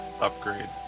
upgrade